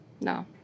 No